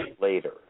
later